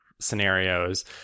scenarios